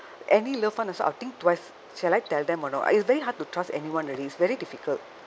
any little also I'll think twice shall I tell them or not it's vey hard to trust anyone really it's very difficult